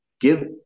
Give